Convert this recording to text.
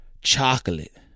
chocolate